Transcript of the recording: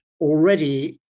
already